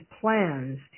plans